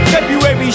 February